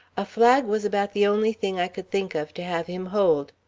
a flag was about the only thing i could think of to have him hold.